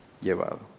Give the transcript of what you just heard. llevado